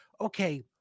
okay